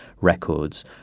records